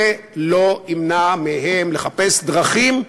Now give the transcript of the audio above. זה לא ימנע מהם לחפש דרכים,